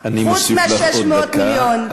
חוץ מה-600 מיליון,